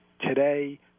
Today